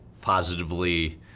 positively